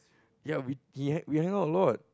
ya we he we hang out a lot